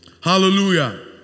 Hallelujah